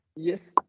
Yes